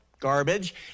garbage